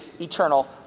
eternal